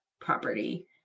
property